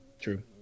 true